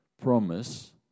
promise